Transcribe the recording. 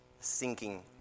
sinking